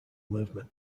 movement